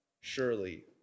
surely